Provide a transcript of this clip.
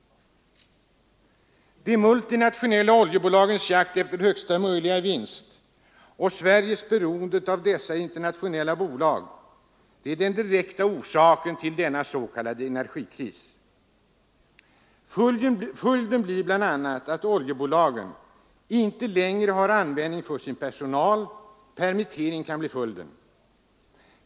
De multinationella oljebolagens jakt efter högsta möjliga vinst och Sveriges beroende av dessa internationella bolag är den direkta orsaken till denna s.k. energikris. Följden blir bl.a. att oljebolagen inte längre har användning för sin personal; detta kan leda till permittering.